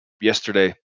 yesterday